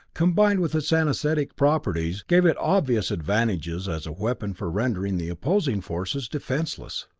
combined with its anesthetic properties, gave it obvious advantages as a weapon for rendering the opposing forces defenseless.